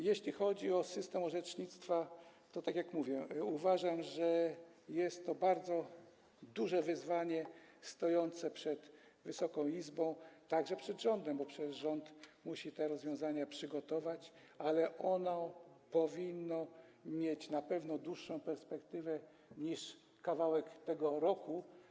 Jeśli chodzi o system orzecznictwa, to, tak jak mówiłem, uważam, że jest to bardzo duże wyzwanie stojące przed Wysoką Izbą, a także przed rządem, bo przecież rząd musi te rozwiązania przygotować, ale tu na pewno powinna być dłuższa perspektywa niż kawałek tego roku.